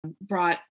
brought